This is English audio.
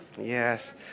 Yes